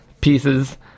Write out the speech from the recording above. pieces